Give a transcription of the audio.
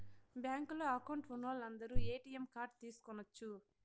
బ్యాంకులో అకౌంట్ ఉన్నోలందరు ATM card తీసుకొనచ్చు